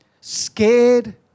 scared